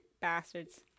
bastards